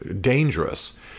dangerous